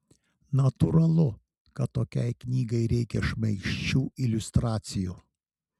natūralu kad tokiai knygai reikia šmaikščių iliustracijų